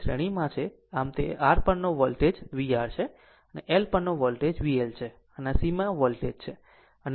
આમ તે R પરનો વોલ્ટેજ vR છે L પરનો વોલ્ટેજ VL છે અને આ C માં વોલ્ટેજ છે